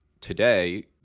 today